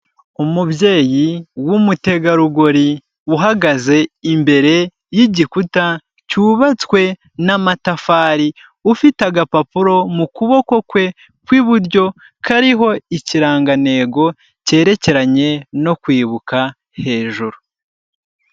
Umubyeyi w'umutegarugori uhagaze imbere y'igikuta cyubatswe n'amatafari, ufite agapapuro mu kuboko kwe ku iburyo kariho ikirangantego cyerekeranye no kwibuka hejuru.